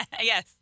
Yes